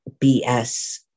BS